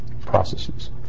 processes